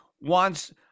wants